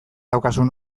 daukazun